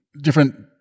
different